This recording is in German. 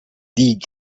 die